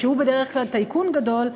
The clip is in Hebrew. שהוא בדרך כלל טייקון גדול,